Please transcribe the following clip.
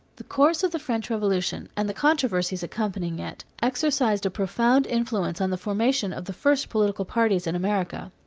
the course of the french revolution and the controversies accompanying it, exercised a profound influence on the formation of the first political parties in america.